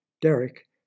Derek